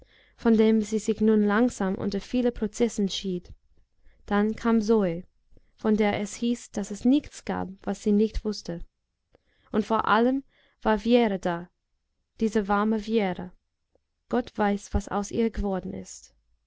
von dem sie sich nun langsam unter vielen prozessen schied dann kam zo von der es hieß daß es nichts gab was sie nicht wußte und vor allem war wjera da diese warme wjera gott weiß was aus ihr geworden ist